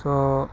so